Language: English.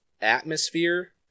atmosphere